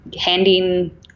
handing